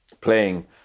playing